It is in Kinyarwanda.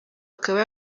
akaba